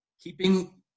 keeping